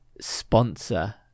sponsor